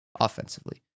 offensively